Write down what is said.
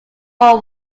war